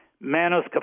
Manos